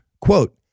Quote